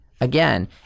again